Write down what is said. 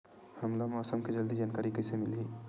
हमला मौसम के जल्दी जानकारी कइसे मिलही?